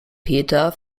peter